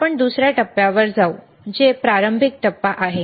आता आपण दुसऱ्या टप्प्यावर जाऊ जे प्रारंभिक टप्पा आहे